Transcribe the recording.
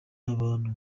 abantu